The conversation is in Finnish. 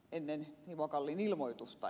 timo kallin ilmoitusta